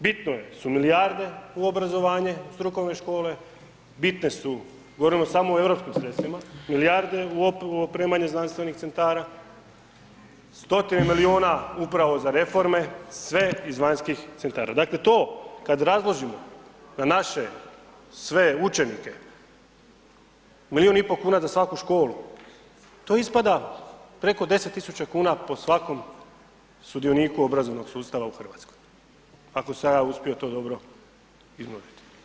Bitno je su milijarde u obrazovanje, u strukovne škole, bitne su, govorimo samo o EU sredstvima, milijarde u opremanje znanstvenih centara, stotine milijuna upravo za reforme, sve iz vanjskih centara, dakle to kad razložimo na naše sve učenike, milijun i pol kuna za svaku školu, to ispada preko 10 tisuća kuna po svakom sudioniku obrazovnog sustava u Hrvatskoj, ako sam ja uspio to dobro iznuditi.